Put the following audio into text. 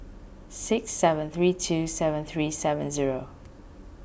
six seven three two seven three seven zero